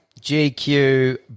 GQ